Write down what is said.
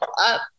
up